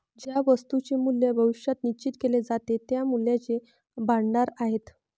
ज्या वस्तूंचे मूल्य भविष्यात निश्चित केले जाते ते मूल्याचे भांडार आहेत